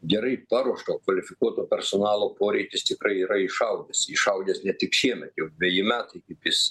gerai paruošto kvalifikuoto personalo poreikis tikrai yra išaugęs išaugęs ne tik šiemet jau dveji metai kaip jis